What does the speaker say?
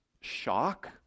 shock